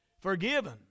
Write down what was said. forgiven